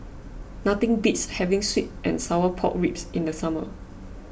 nothing beats having Sweet and Sour Pork Ribs in the summer